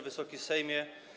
Wysoki Sejmie!